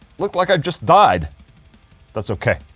looks like i just died that's okay.